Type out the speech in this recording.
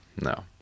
No